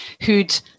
who'd